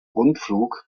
rundflug